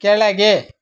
ಕೆಳಗೆ